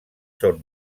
són